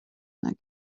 again